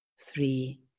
three